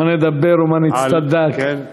"מה נדבר ומה נצטדק".